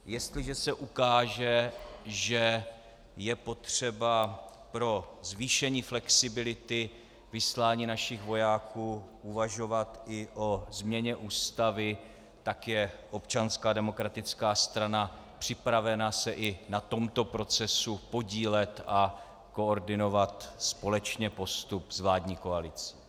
Jestliže se ukáže, že je potřeba pro zvýšení flexibility vyslání našich vojáků uvažovat i o změně Ústavy, je Občanská demokratická strana připravena se i na tomto procesu podílet a koordinovat společně postup s vládní koalicí.